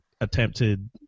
attempted